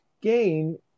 gain